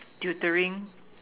tutoring